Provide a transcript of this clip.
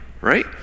right